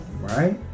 right